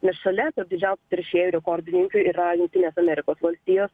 nes šalia didžiausių teršėjų rekordininkai yra jungtinės amerikos valstijos